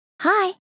Hi